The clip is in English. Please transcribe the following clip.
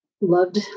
loved